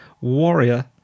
warrior